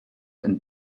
and